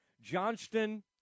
Johnston